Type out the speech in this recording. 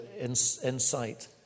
insight